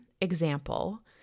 example